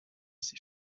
ses